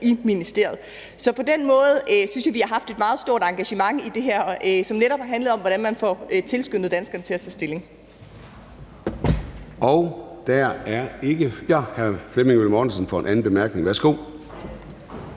i ministeriet. På den måde synes jeg vi har haft et meget stort engagement i det her, og det har netop handlet om, hvordan man får tilskyndet danskerne til at tage stilling. Kl. 11:27 Formanden (Søren Gade): Hr. Flemming Møller Mortensen for en anden kort bemærkning. Værsgo.